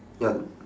ya